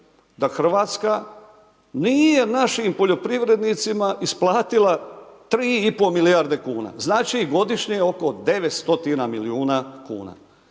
da Hrvatska nije našim poljoprivrednicima isplatila 3,5 milijarde kuna. Znači godišnje oko 9 stotina milijuna kuna.